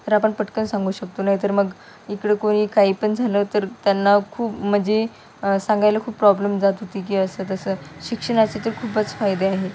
तर आपण पटकन सांगू शकतो नाहीतर मग इकडं कोणी काही पण झालं तर त्यांना खूप म्हणजे सांगायला खूप प्रॉब्लेम जात होती की असं तसं शिक्षणाचे तर खूपच फायदे आहे